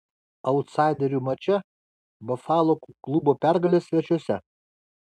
autsaiderių mače bafalo klubo pergalė svečiuose